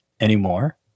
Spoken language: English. anymore